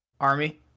Army